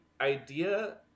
idea